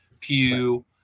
Pew